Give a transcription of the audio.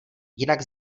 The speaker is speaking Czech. jinak